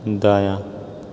दायाँ